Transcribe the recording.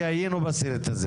כי היינו בסרט הזה.